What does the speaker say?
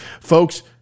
folks